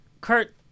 Kurt